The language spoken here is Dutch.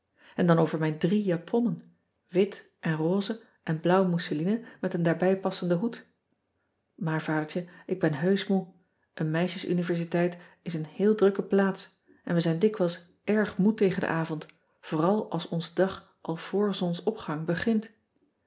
n dan over mijn drie japonnen wit en roze en blauw mousseline met een daarbij passenden hoed maar adertje ik ben heusch moe een meisjes universiteit is een heel drukke plants en wij zijn dikwijls erg moe tegen den avond vooral ads onze dag al voor zonsopgang begint